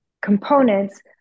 components